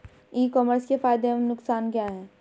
ई commerce के फायदे एवं नुकसान क्या हैं?